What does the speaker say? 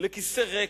לכיסא ריק,